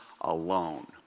alone